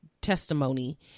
testimony